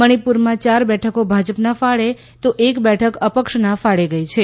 મણિપુરમાં ચાર બેઠકો ભાજપના ફાળે તો એક બેઠક અપક્ષના ફાળે ગઈ છે